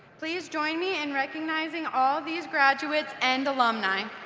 please join me in recognizing all these graduates and alumni.